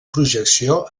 projecció